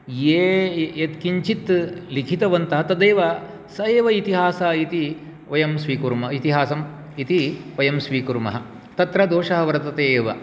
ये यत्किञ्चित् लिखितवन्तः तदेव सः एव इतिहासः इति वयं स्वीकुर्मः इतिहासः इति वयं स्वीकुर्मः तत्र दोषः वर्तते एव